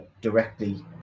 directly